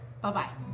Bye-bye